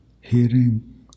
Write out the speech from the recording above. hearing